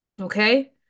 Okay